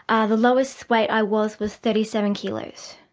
ah the lowest weight i was was thirty seven kilos.